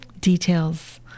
details